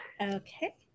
Okay